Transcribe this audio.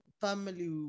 family